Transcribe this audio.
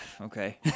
okay